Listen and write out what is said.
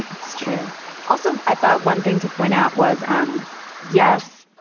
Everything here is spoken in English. it's true also, i thought one thing to point out was, um yes,